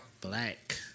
Black